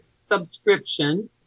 subscription